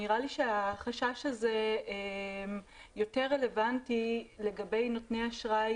אבל נראה לי שהוא יותר רלוונטי לגבי נותני אשראי